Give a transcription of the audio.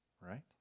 right